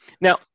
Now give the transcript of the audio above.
Now